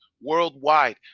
worldwide